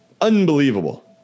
unbelievable